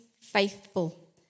faithful